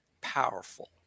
powerful